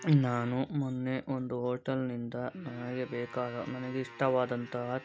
ನಾನು ಮೊನ್ನೆ ಒಂದು ಹೋಟಲ್ನಿಂದ ನನಗೆ ಬೇಕಾದ ನನಗೆ ಇಷ್ಟವಾದಂತಹ